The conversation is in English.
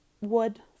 wood